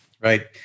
Right